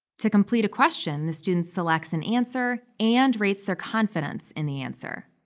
to complete a question, the student selects an answer and rates their confidence in the answer.